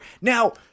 now